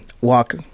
Walk